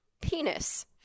penis